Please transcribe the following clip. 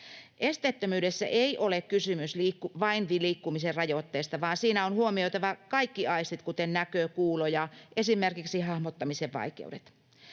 Esteettömyydessä ei ole kysymys vain liikkumisen rajoitteista, vaan siinä on huomioitava kaikki aistit, kuten näkö, kuulo ja esimerkiksi hahmottamisen vaikeudet.